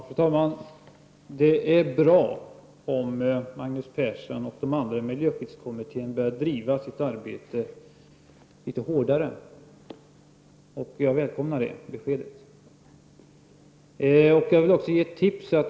Fru talman! Det är bra om Magnus Persson och de andra i miljöskyddskommittén bedriver sitt arbete litet hårdare. Jag välkomnar det besked som han gav.